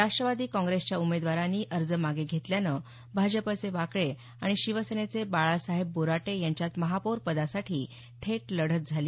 राष्ट्रवादी काँग्रेसच्या उमेदवारानी अर्ज मागे घेतल्यानं भाजपचे वाकळे आणि शिवसेनेचे बाळासाहेब बोराटे यांच्यात महापौर पदासाठी थेट लढत झाली